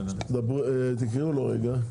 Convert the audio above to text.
תקראו לו רגע.